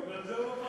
בגלל זה הוא,